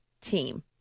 team